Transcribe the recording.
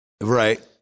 Right